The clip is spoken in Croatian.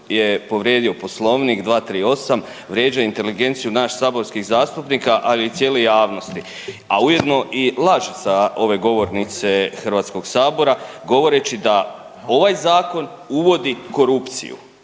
je povrijedio Poslovnik 238. vrijeđa inteligenciju nas saborskih zastupnika, ali i cijele javnosti, a ujedno i laže sa ove govornice Hrvatskog sabora govoreći da ovaj zakon uvodi korupciju.